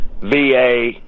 va